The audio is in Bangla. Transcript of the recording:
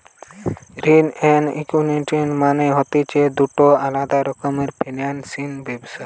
ঋণ এবং ইকুইটি মানে হতিছে দুটো আলাদা রকমের ফিনান্স ব্যবস্থা